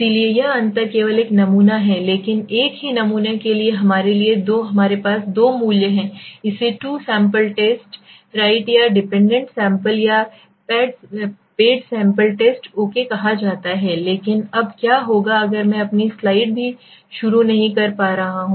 इसलिए यह अंतर केवल एक नमूना है लेकिन एक ही नमूने के लिए हमारे लिए दो मूल्य हैं इसे टू सैंपल टेस्ट राइट या डिपेंडेंट सैंपल या पेड सैंपल टेस्ट ओके कहा जाता है लेकिन अब क्या होगा अगर मैं अपनी स्लाइड भी शुरू नहीं कर रहा हूं